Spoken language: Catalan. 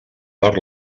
per